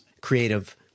Creative